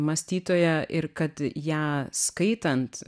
mąstytoja ir kad ją skaitant